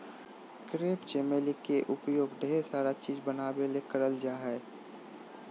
crepe चमेली के उपयोग ढेर सारा चीज़ बनावे ले भी करल जा हय